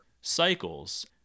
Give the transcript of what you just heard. cycles